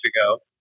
ago